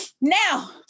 now